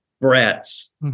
Brats